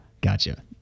Gotcha